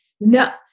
No